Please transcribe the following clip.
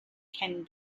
can